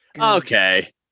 Okay